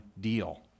deal